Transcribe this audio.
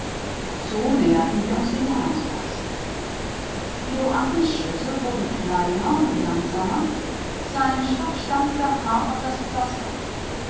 so näherten wir uns dem johannisplatz joachims schritte wurden kleiner und langsamer sein stock stampfte hart auf das pflaster